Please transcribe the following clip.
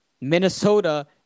Minnesota